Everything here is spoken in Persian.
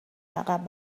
عقب